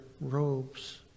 robes